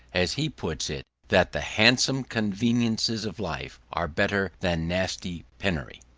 as he puts it, that the handsome conveniences of life are better than nasty penury.